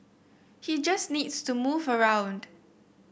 he just needs to move around